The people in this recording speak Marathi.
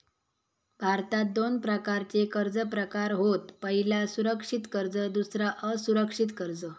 भारतात दोन प्रकारचे कर्ज प्रकार होत पह्यला सुरक्षित कर्ज दुसरा असुरक्षित कर्ज